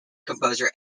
composer